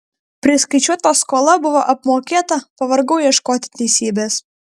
priskaičiuota skola buvo apmokėta pavargau ieškoti teisybės